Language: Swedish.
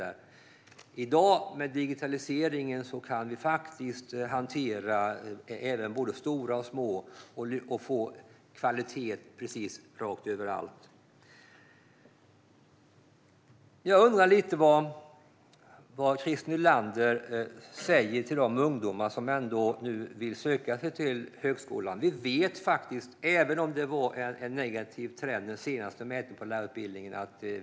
I och med digitaliseringen kan vi i dag hantera både stora och små och få kvalitet precis överallt. Jag undrar lite vad Christer Nylander säger till de ungdomar som nu vill söka sig till högskolan. I den senaste mätningen var det en negativ trend i fråga om lärarutbildningarna.